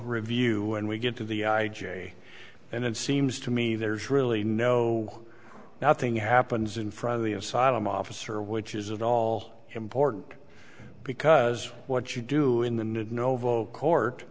review and we get to the i j a and it seems to me there's really no nothing happens in front of the asylum officer which is at all important because what you do in the